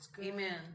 Amen